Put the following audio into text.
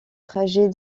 trajet